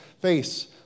face